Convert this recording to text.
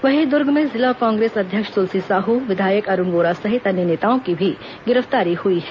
वहीं दर्ग में जिला कांग्रेस अध्यक्ष तुलसी साहू विधायक अरूण वोरा सहित अन्य नेताओं की भी गिरफ्तारी हुई है